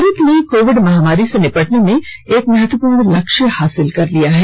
भारत ने कोविड महामारी से निपटने में एक महत्वपूर्ण लक्ष्य हासिल कर लिया है